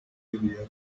yivugira